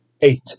eight